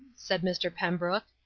said. mr. pembrook,